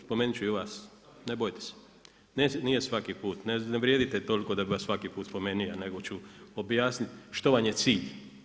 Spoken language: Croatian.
spomenut ću i vas, ne boj te se, nije svaki put, ne vrijedite toliko da bi vas svaki put spomenuo nego ću objasniti što vam je cilj.